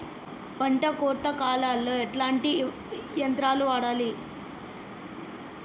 పంట కోత కాలాల్లో ఎట్లాంటి యంత్రాలు వాడాలే?